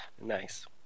nice